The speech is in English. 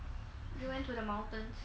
we went to the mountains